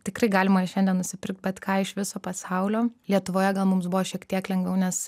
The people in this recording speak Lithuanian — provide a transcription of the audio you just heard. tikrai galima šiandien nusipirkt bet ką iš viso pasaulio lietuvoje gal mums buvo šiek tiek lengviau nes